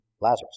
Lazarus